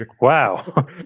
wow